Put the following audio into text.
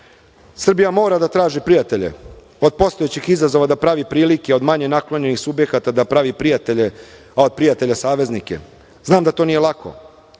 naroda. Srbija mora da traži prijatelje, od postojećih izazova da pravi prilike, od manje naklonjenih subjekata da pravi prijatelje, a od prijatelja saveznike. Znam da to nije lako.